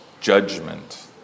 judgment